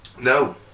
No